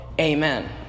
amen